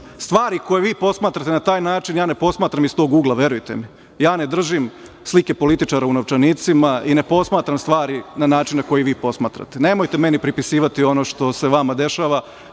Stvari koje vi posmatrate na taj način ja ne posmatram iz tog ugla, verujte mi. Ja ne držim slike političara u novčanicima i ne posmatram stvari na način na koji vi posmatrate. Nemojte meni pripisivati ono što se vama dešava,